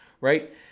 right